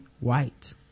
White